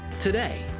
today